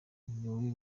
niwe